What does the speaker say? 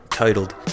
Titled